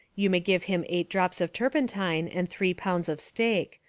you may give him eight drops of turpentine and three pounds of steak.